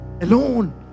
Alone